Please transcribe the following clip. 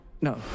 No